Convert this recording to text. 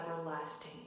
everlasting